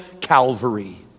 Calvary